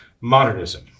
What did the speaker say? modernism